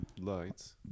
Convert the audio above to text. lights